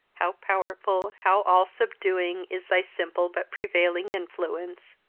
how powerful, how all-subduing, is thy simple but prevailing influence!